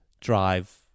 drive